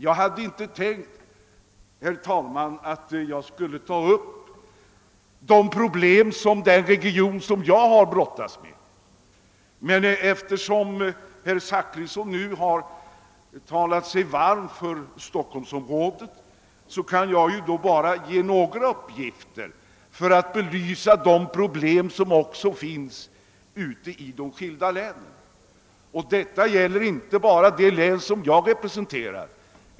Jag hade inte tänkt ta upp de problem som vi brottas med inom den region där jag är bosatt, men eftersom herr Zachrisson nu talat så varmt för Stockholmsområdet vill jag ändå, herr talman, lämna några uppgifter för att belysa problem som finns i de skilda länen. Detta gäller inte bara det län som jag representerar.